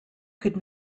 could